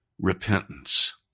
repentance